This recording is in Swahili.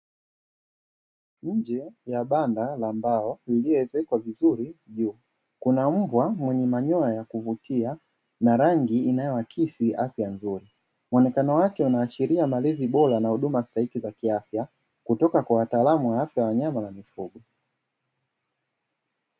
Nje ya banda la mbao liliezekwa vizuri juu kuna mbwa mwenye manyoya ya kuvutia na rangi inayoakisi afya nzuri, muonekano wake unaashiria malezi bora na huduma stahiki za kiafya kutoka kwa wataalamu wa afya wa nyama na mifugo.